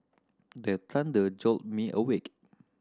the thunder jolt me awake